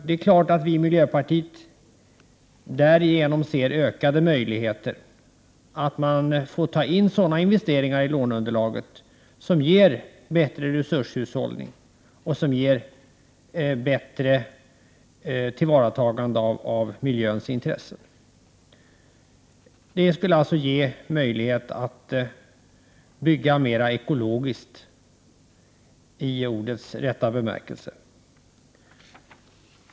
Vi i miljöpartiet ser därigenom ökade möjligheter till att man får ta in sådana investeringar i 151 låneunderlaget som ger bättre resurshushållning och som bättre tillvaratar miljöns intressen. Det skulle således ge möjlighet att bygga mera ekologiskt i ordets rätta bemärkelse.